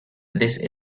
this